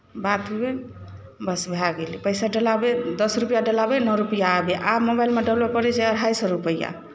बात हुए बस भए गेलै पैसा डलाबै दस रुपैआ डलाबै नओ रुपैआ आब मोबाइलमे डलबय पड़ै छै अढ़ाइ सए रुपैआ